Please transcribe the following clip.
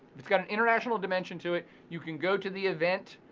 it's got an international dimension to it. you can go to the event,